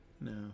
No